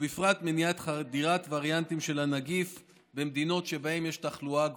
ובפרט למנוע חדירת וריאנטים של הנגיף ממדינות שבהן יש תחלואה גבוהה.